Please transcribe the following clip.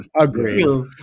Agreed